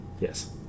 Yes